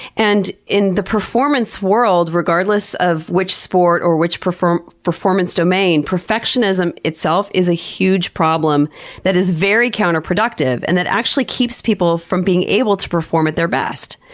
and in the performance world, regardless of which sport or which performance domain, perfectionism itself is a huge problem that is very counterproductive and that actually keeps people from being able to perform at their best.